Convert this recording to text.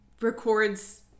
records